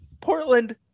Portland